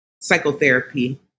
psychotherapy